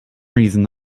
reason